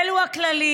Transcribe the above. אלו הכללים.